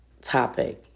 topic